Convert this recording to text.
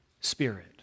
Spirit